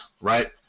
right